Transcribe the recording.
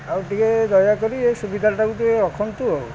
ଆଉ ଟିକେ ଦୟାକରି ଏ ସୁବିଧାଟାକୁ ଟିକେ ରଖନ୍ତୁ ଆଉ